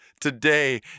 today